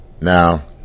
Now